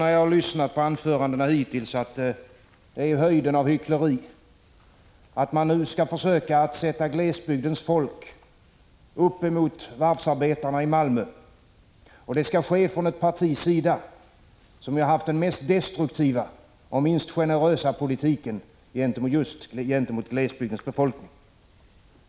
När jag har lyssnat på anförandena hittills tycker jag att det är höjden av hyckleri att man försöker sätta upp glesbygdens folk emot varvsarbetarna i Malmö och att det sker från ett partis sida som haft den mest destruktiva och minst generösa politiken gentemot glesbygdens befolkning.